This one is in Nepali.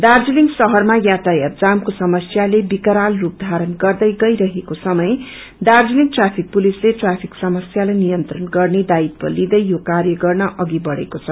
दार्जीलिङ शहरमा यातायात जामको समस्थाले विकराल रूप धारण गर्दै गई रहेको समय दार्जीलिङ ट्राफिक पुलिसले ट्राफिक समस्यालाई नियंत्रण गर्ने दायित्व लिदै यो र्काय गर्न अघि बढ़ेको छ